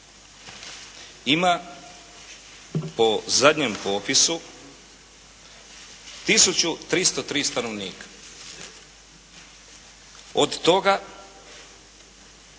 Ima po zadnjem popisu tisuću 303 stanovnika. Od toga